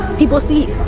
people see